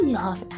love